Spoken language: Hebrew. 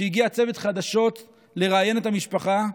כשהגיע צוות חדשות לראיין את המשפחה,